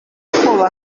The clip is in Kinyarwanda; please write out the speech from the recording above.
imirimo